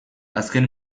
azken